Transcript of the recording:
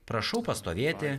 prašau pastovėti